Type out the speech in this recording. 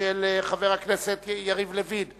של חבר הכנסת יריב לוין.